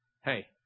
hey